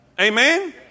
Amen